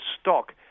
stock